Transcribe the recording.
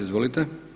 Izvolite.